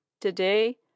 Today